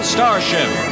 Starship